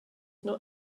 not